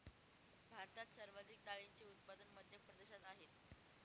भारतात सर्वाधिक डाळींचे उत्पादन मध्य प्रदेशात आहेत